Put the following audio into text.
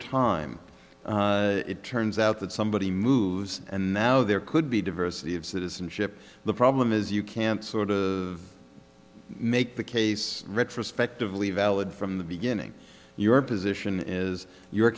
time it turns out that somebody moves and now there could be diversity of citizenship the problem is you can't sort of make the case retrospectively valid from the beginning your position is your